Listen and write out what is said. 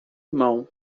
irmão